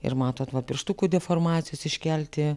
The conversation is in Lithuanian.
ir matot va pirštukų deformacijos iškelti